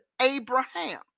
Abraham